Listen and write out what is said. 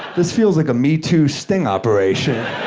this feels like a metoo sting operation.